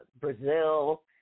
Brazil